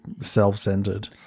self-centered